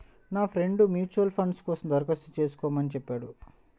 నా friend mutual fund కోసం దరఖాస్తు చేస్కోమని చెప్పాడు